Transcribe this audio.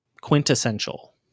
quintessential